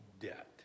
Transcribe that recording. debt